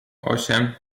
osiem